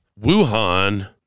Wuhan